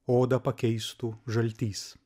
odą pakeistų žaltys